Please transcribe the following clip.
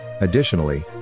Additionally